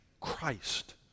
Christ